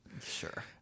Sure